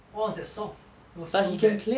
what was that song it was so bad